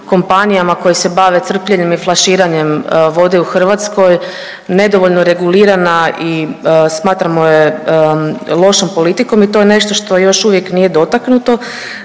kompanijama koje se bave crpljenjem i flaširanjem vode u Hrvatskoj nedovoljno regulirana i smatramo je lošom politikom i to je nešto što još uvijek nije dotaknuto.